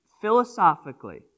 philosophically